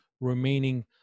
remaining